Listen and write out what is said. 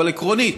אבל עקרונית,